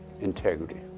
Integrity